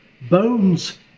Bones